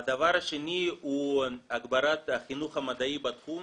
הדבר השני הוא הגברת החינוך המדעי בתחום.